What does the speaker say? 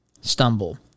stumble